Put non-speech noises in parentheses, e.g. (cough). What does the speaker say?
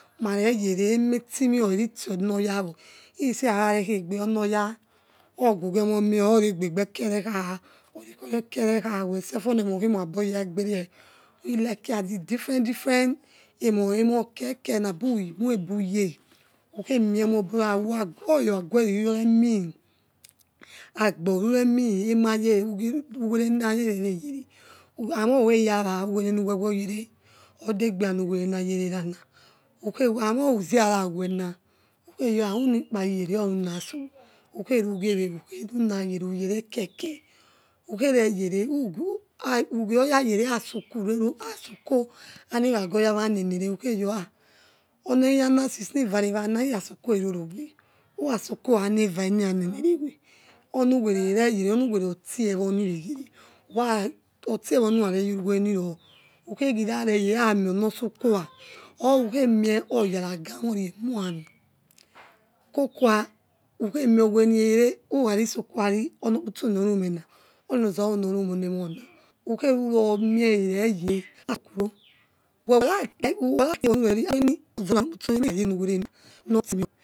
Mareyere emetimio eritionoyawo isi akharekhegbe onoyara ogugiemos mile ore ibeibeke recha omikoreke rekha we self oniemonoritmusbo ya egbien i like as ne different diffent emor emor kekere ab amoiumoibiye ukhemie mobora okyokhaguere uremi agobor uremi emaya we renaya we weyere usho hamar ukh entop uwerend wewe jeve odegbe ya nuwe remansukhe anor uzava wena who khayo uunukpari yere orunaso ukezera wena ukherugi ewewe ukherung yene uyere keke ukhareyene uwu ha ugioya yere ha sokowa asokoniwanagoyawanenere ukneyor ha oni oyars since nirure want iresor enorowe urasoko anerne nevanenerewe onuwere ereyeve onu were otimewonireyere wa otime mirareyereuwene niro ukhesimre yene omon stsokowa or ukenie oyangpamori enoiami koko wa ukhe miuwere ura visoko ari nokposant orument oni ranso na rorymeoni emo na (noise) ekhenuro muse erlyere aroro.